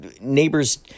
neighbors